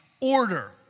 order